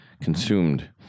consumed